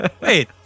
Wait